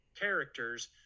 characters